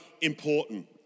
important